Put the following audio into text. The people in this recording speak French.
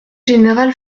général